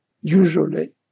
usually